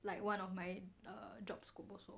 like one of my job scope also